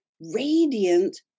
radiant